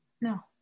No